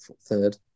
third